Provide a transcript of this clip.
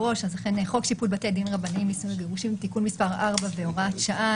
חוק שיפוט בתי דין רבניים (נישואין וגירושין) (תיקון מס' 4 והוראת שעה)